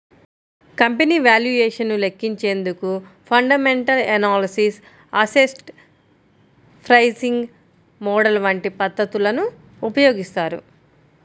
company valuation ను లెక్కించేందుకు fundamental analysis, asset pricing model వంటి పద్ధతులను ఉపయోగిస్తారు